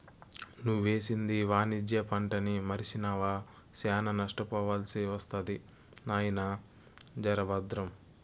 నువ్వేసింది వాణిజ్య పంటని మర్సినావా, శానా నష్టపోవాల్సి ఒస్తది నాయినా, జర బద్రం